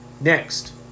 Next